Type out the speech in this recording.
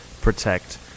protect